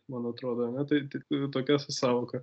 man atrodo ane tai tokia sąvoka